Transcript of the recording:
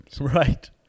Right